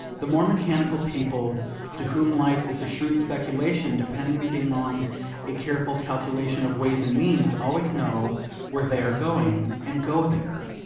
the more mechanical people to whom life is a shrewd speculation depending on a careful calculation of ways and means, always know where they are going, and go there.